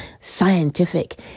scientific